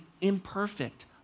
imperfect